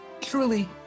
truly